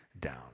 down